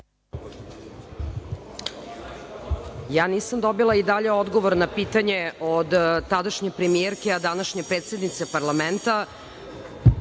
Ja nisam dobila i dalje odgovor na pitanje od tadašnje premijerke, a današnje predsednice parlamenta,